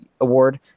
award